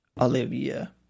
Olivia